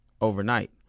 overnight